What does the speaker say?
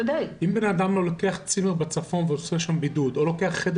אם בן אדם לוקח צימר בצפון ועושה שם בידוד או לוקח חדר